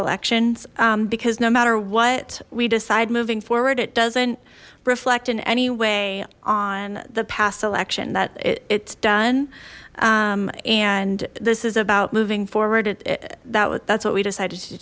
elections because no matter what we decide moving forward it doesn't reflect in any way on the past election that it's done and this is about moving forward that what we decided to